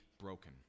broken